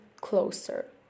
closer